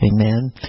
Amen